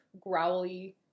growly